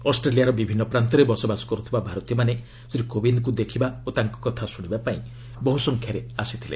ଅଷ୍ଟ୍ରେଲିୟାର ବିଭିନ୍ନ ପ୍ରାନ୍ତରେ ବସବାସ କର୍ଥିବା ଭାରତୀୟମାନେ ଶ୍ରୀ କୋବିନ୍ଦ୍ଙ୍କୁ ଦେଖିବା ଓ ତାଙ୍କ କଥା ଶୁଣିବାପାଇଁ ବହୁ ସଂଖ୍ୟାରେ ଆସିଥିଲେ